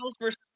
versus